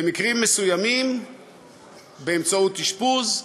במקרים מסוימים באמצעות אשפוז,